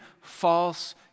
false